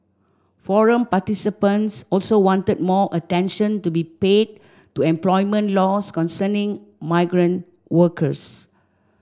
forum participants also wanted more attention to be paid to employment laws concerning migrant workers